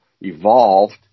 evolved